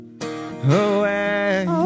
Away